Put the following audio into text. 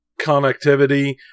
connectivity